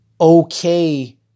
okay